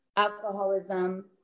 alcoholism